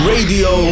Radio